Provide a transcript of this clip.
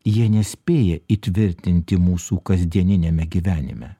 jie nespėja įtvirtinti mūsų kasdieniniame gyvenime